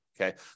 Okay